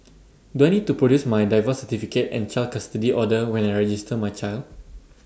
do I need to produce my divorce certificate and child custody order when I register my child